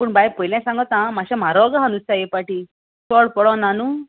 पूण बाय पयलें सांगता आं मातशें म्हारग आहा नुस्ता हे पाटी चड पडोना न्हू